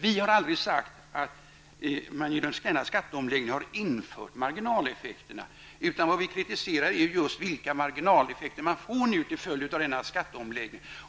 Vi har aldrig sagt att man infört marginaleffekterna genom denna skattomläggning. Det vi kritiserar är de marginaleffekter man får till följd av denna skatteomläggning.